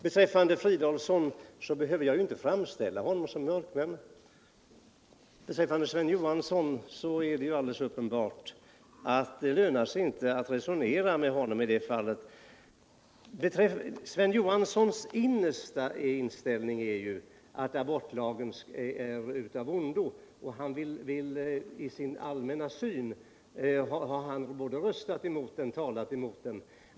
Beträffande Filip Fridolfsson kan jag säga att jag inte behöver framställa honom som mörkman, och i fråga om Sven Johansson är det ju alldeles uppenbart att det inte lönar sig att resonera med honom i detta fall. Sven Johanssons innersta inställning är att abortlagen är av ondo, och i sin allmänna syn har han både talat och röstat mot den.